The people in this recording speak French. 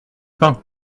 pain